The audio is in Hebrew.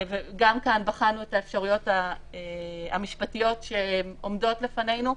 גם כאן בחנו את האפשרויות המשפטיות שעומדות לפנינו.